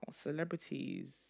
Celebrities